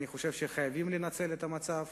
חייבים לנצל את המצב.